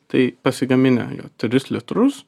tai pasigaminę jo tris litrus